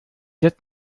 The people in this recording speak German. jetzt